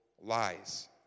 lies